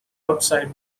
outside